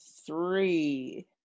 three